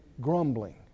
grumbling